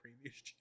previous